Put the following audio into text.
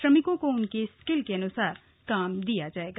श्रमिकों को उनके स्किल के अनुसार काम दिया जाएगा